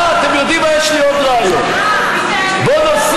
אה, אתם יודעים מה, יש לי עוד רעיון.